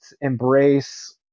embrace